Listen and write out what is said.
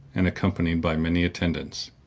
and accompanied by many attendants.